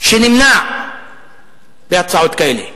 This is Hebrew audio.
שנמנע בהצבעות כאלה.